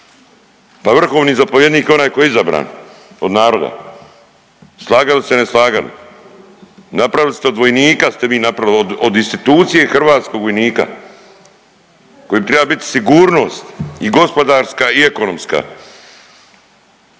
Pa vrhovni zapovjednik je onaj koji je izabran od naroda, slagali se ili ne slagali. Napravili ste od vojnika od vojnika ste vi napravili od institucije hrvatskog vojnika koji treba bit sigurnost i gospodarska i ekonomska.